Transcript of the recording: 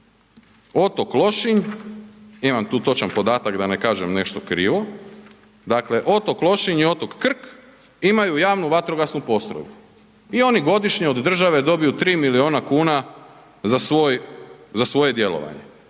otok Lošinj, imam tu točan podatak da ne kažem nešto krivo, dakle otok Lošinj i otok Krk imaju JVP i oni godišnje od države dobiju 3 milijuna kuna za svoj, za svoje